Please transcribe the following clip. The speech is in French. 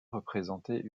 représenter